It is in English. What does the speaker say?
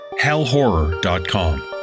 hellhorror.com